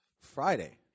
Friday